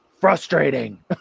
frustrating